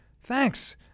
thanks